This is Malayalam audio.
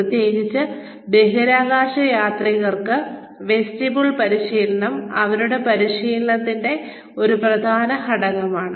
പ്രത്യേകിച്ച് ബഹിരാകാശയാത്രികർക്ക് വെസ്റ്റിബ്യൂൾ പരിശീലനം അവരുടെ പരിശീലനത്തിന്റെ ഒരു പ്രധാന ഘടകമാണ്